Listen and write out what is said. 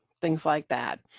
things like that.